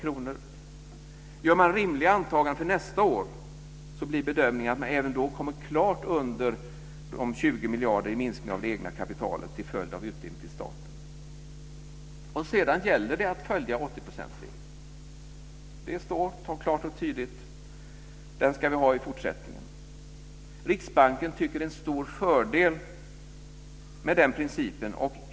Enligt rimliga antaganden för nästa år blir bedömningen att man även då kommer klart under 20 miljarder i minskningen av det egna kapitalet till följd av utdelningen till staten. Sedan gäller det att följa 80 procentsregeln. Det står klart och tydligt. Den ska vi ha i fortsättningen. Riksbanken tycker att det är en stor fördel med den principen.